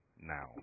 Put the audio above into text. now